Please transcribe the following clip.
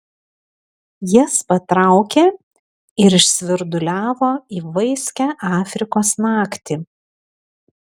jas patraukė ir išsvirduliavo į vaiskią afrikos naktį